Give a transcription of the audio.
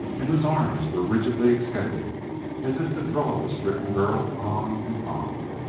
and whose arms were rigidly extended as if to draw the stricken girl on and on.